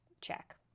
check